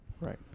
Right